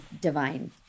divine